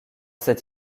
cette